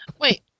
wait